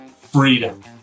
freedom